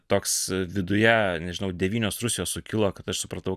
toks viduje nežinau devynios rusijos sukilo kad aš supratau